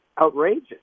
outrageous